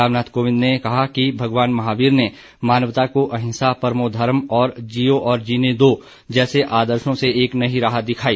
रामनाथ कोविंद ने कहा कि भगवान महावीर ने मानवता को अहिंसा परमो धर्म और जियो और जीने दो जैसे आदर्शो से एक नई राह दिखाई